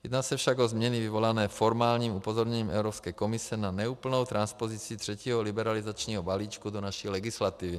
Jedná se však o změny vyvolané formálním upozorněním Evropské komise na neúplnou transpozici třetího liberalizačního balíčku do naší legislativy.